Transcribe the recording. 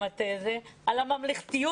על הממלכתיות